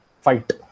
fight